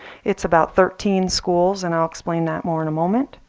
it's about thirteen schools. and i'll explain that more in a moment.